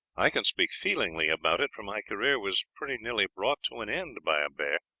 i can speak feelingly about it, for my career was pretty nearly brought to an end by a bear,